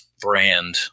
brand